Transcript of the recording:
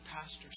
pastor's